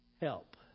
Help